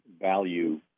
value